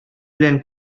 белән